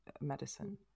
medicine